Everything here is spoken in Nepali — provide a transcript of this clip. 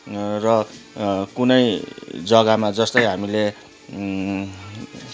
र कुनै जग्गामा जस्तै हामीले